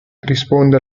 risponde